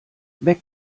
weg